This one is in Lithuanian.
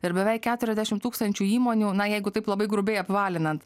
ir beveik keturiasdešimt tūkstančių įmonių na jeigu taip labai grubiai apvalinant